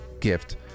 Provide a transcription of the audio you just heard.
gift